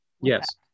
Yes